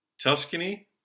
Tuscany